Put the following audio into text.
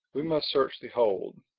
we must search the hold.